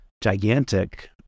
gigantic